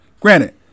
Granted